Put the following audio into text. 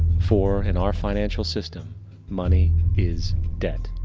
for in our financial system money is debt,